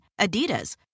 Adidas